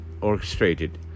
orchestrated